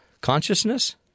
consciousness